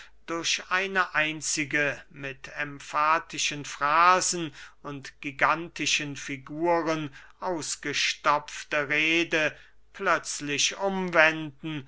durch eine einzige mit emfatischen frasen und gigantischen figuren ausgestopfte rede plötzlich umwenden